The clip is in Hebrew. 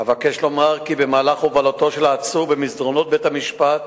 אבקש לומר כי במהלך הובלתו של העצור במסדרונות בית-המשפט